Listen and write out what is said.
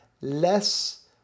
less